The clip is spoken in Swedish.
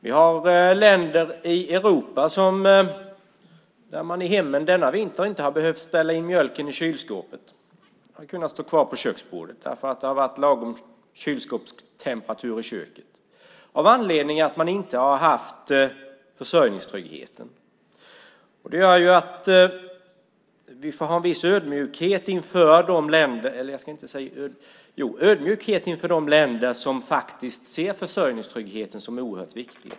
Vi har länder i Europa där man i hemmen denna vinter inte har behövt ställa in mjölken i kylskåpet. Den har kunnat stå kvar på köksbordet eftersom det har varit kylskåpstemperatur i köket på grund av att man inte har haft försörjningstryggheten. Vi får därför ha en viss ödmjukhet inför de länder som ser försörjningstryggheten som mycket viktig.